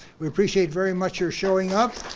we appreciate very much your showing up.